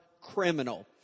criminal